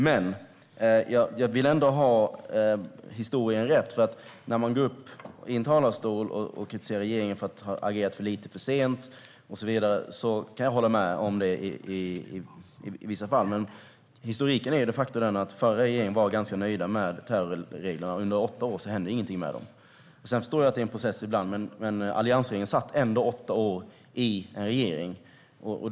Jag vill dock ändå ha historien rätt. När det gäller att gå upp i en talarstol och kritisera regeringen för att ha agerat för lite, för sent och så vidare kan jag hålla med om det i vissa fall, men historiken är de facto att den förra regeringen var ganska nöjd med terrorreglerna. Under åtta år hände ingenting med dem. Sedan förstår jag att det är en process ibland, men Alliansen satt ändå i regeringsställning i åtta år.